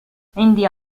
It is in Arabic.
عندي